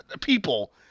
People